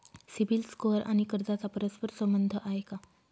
CIBIL score आणि कर्जाचा परस्पर संबंध आहे का?